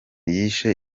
yigisha